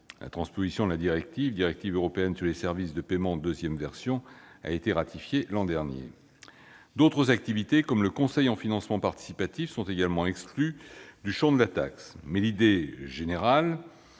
les services de paiement. La directive européenne sur les services de paiement, dans sa deuxième version, a été transposée l'an dernier. D'autres activités, comme le conseil en financement participatif, sont également exclues du champ de la taxe. L'idée générale